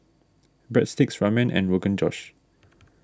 Breadsticks Ramen and Rogan Josh